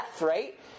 right